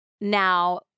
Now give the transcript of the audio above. Now